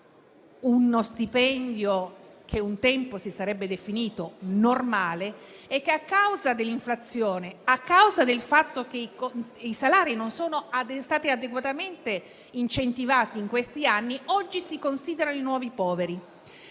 uno stipendio che un tempo si sarebbe definito normale. Oggi, a causa dell'inflazione e a causa del fatto che i salari non sono stati adeguatamente incentivati in questi anni, vengono considerati i nuovi poveri.